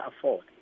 afford